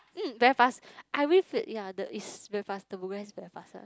mm very fast I believe the ya the is very fast the progress is very fast ya